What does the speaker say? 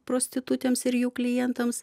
prostitutėms ir jų klientams